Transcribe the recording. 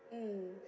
mm